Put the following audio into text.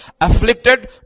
afflicted